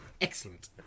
Excellent